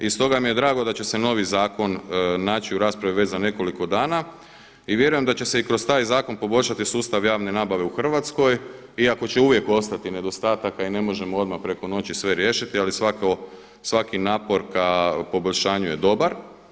I stoga mi je drago da će se novi zakon naći u raspravi već za nekoliko dana i vjerujem da će se i kroz taj zakon poboljšati sustav javne nabave u Hrvatskoj iako će uvijek ostati nedostataka i ne možemo odmah preko noći sve riješiti ali svaki napor ka poboljšanju je dobar.